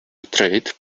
trade